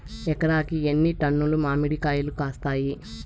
ఎకరాకి ఎన్ని టన్నులు మామిడి కాయలు కాస్తాయి?